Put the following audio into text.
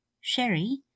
Sherry